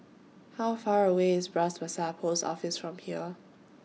How Far away IS Bras Basah Post Office from here